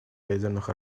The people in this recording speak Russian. ядерных